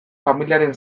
familiaren